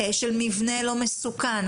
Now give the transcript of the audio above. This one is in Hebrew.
של מבנה לא מסוכן,